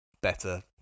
better